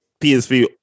PSV